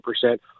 percent